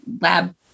lab